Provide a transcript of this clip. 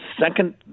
second